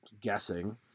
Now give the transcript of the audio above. Guessing